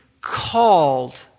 called